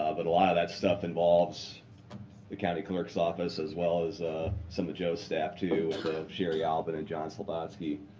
ah but a lot of that stuff involves the county clerk's office as well as some of joe's staff, too, with sherry albin and john slybatsky.